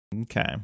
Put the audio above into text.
Okay